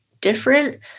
different